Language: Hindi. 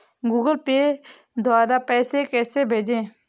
गूगल पे द्वारा पैसे कैसे भेजें?